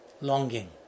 longing